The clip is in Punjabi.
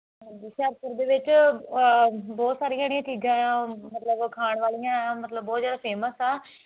ਹਾਂਜੀ ਹੁਸ਼ਿਆਰਪੁਰ ਦੇ ਵਿੱਚ ਬਹੁਤ ਸਾਰੀਆਂ ਜਿਹੜੀਆਂ ਚੀਜ਼ਾਂ ਆ ਮਤਲਬ ਖਾਣ ਵਾਲੀਆਂ ਮਤਲਬ ਬਹੁਤ ਜ਼ਿਆਦਾ ਫੇਮਸ ਆ